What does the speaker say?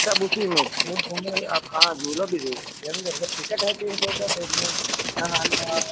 सब उसी में तीन सौ में आप हाँ झूला भी झूल सकते हैं यानी जब टिकट है तीन सौ का उसमें नहाना